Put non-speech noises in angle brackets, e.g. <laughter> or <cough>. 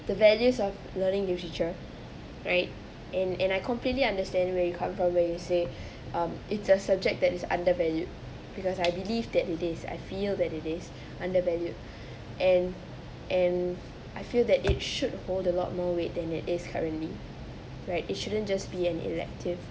the values of learning literature right and and I completely understand where you come from where you say <breath> um it's a subject that is undervalued because I believe that it is I feel that it is undervalued <breath> and and I feel that it should hold a lot more weight than it is currently right it shouldn't just be an elective